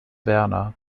werner